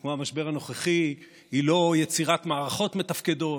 כמו המשבר הנוכחי, היא לא יצירת מערכות מתפקדות,